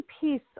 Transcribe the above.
piece